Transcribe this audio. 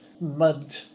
mud